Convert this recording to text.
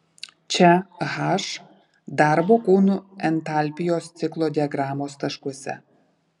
čia h darbo kūnų entalpijos ciklo diagramos taškuose